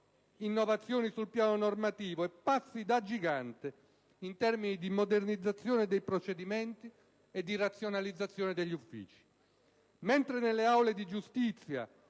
innovazioni sul piano normativo e passi da gigante in termini di modernizzazione dei procedimenti e di razionalizzazione degli uffici. Mentre nelle aule di giustizia